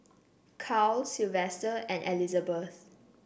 Caryl Silvester and Elizabeth